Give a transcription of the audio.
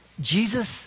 Jesus